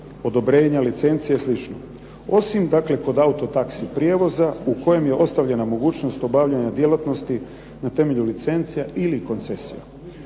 odobrenja, licencije i slično. Osim dakle kod auto taxi prijevoza u kojem je ostavljena mogućnost obavljanja djelatnosti na temelju licencija ili koncesija.